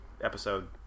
episode